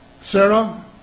Sarah